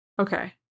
Okay